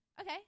Okay